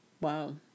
Wow